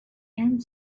and